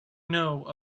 know